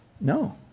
No